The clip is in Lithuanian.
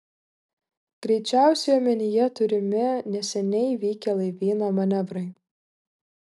greičiausiai omenyje turimi neseniai vykę laivyno manevrai